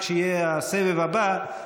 כשיהיה הסבב הבא,